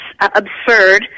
absurd